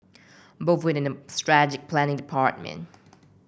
both worked in the strategic planning department